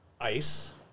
ice